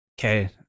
Okay